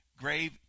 grave